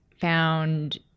found